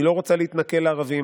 אני לא רוצה להתנכל לערבים,